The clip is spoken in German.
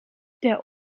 der